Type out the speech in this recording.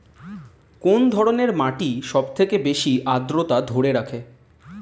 কোন ধরনের মাটি সবথেকে বেশি আদ্রতা ধরে রাখে?